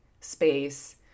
space